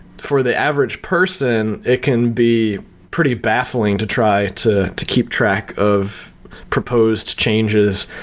for the average person, it can be pretty baffling to try to to keep track of proposed changes,